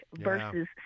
versus